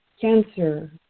cancer